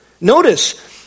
Notice